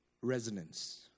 Resonance